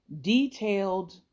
detailed